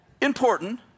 important